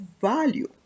value